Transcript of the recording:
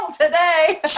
today